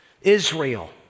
Israel